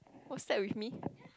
was that with me